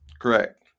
Correct